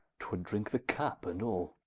twould drinke the cup and all